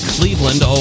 Cleveland